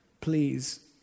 please